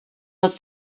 was